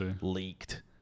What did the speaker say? leaked